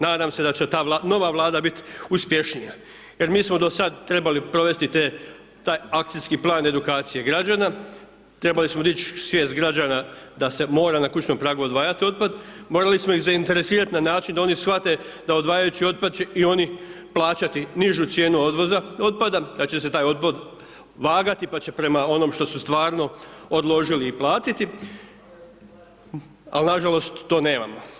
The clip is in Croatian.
Nadam se da će ta nova Vlada biti uspješnija jer mi smo do sad trebali provesti taj akcijski plan edukacije građana, trebali smo .../nerazumljivo/... da se mora na kućnom pragu odvajati otpad, morali smo ih zainteresirati na način da oni shvate da odvajajući otpad će i oni plaćati nižu cijenu odvoza otpada, da će se taj otpad vagati pa će prema onom što su stvarno odložili i platiti, ali nažalost to nemamo.